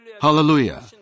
Hallelujah